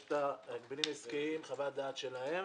יש להגבלים העסקיים חוות דעת שלהם,